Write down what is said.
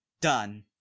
done